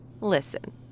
Listen